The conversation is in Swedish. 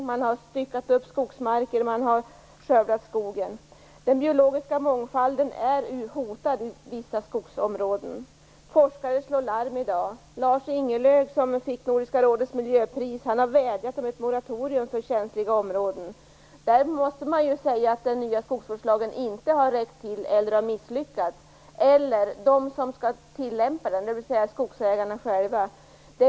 Skogsmarker har styckats upp, och skog har skövlats. Den biologiska mångfalden är hotad i vissa skogsområden. Forskare slår larm i dag. Torleif Ingerlög som fick Nordiska rådets miljöpris har vädjat om ett moratorium för känsliga områden. På den punkten måste man alltså säga att den nya skogsvårdslagen inte har räckt till eller att den, eller de som skall tillämpa den, dvs. skogsägarna själva, har misslyckats.